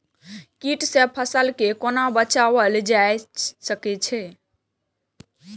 कीट से फसल के कोना बचावल जाय सकैछ?